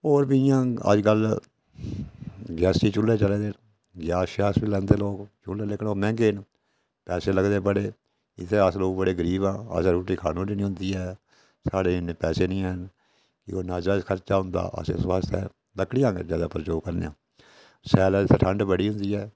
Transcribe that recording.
होर बी इयां अजकल गैसी चुल्ले चले दे न गैस शैस बी लांदे लोक लेकिन ओह् मैह्ंगे न पैसे लगदे बड़े इत्थै अस लोक बड़े गरीब न असें गी रुट्टी खाने जोड़ी नीं होंदी ऐ साढ़ै इन्ने पैसै नेईं है न फ्ही नाजायज़ खर्चा होंदा असें उस आस्तै लकड़ियां गै ज्यादा प्रयोग करनेआ सयालै इत्थैं ठंड़ बड़ी होंदी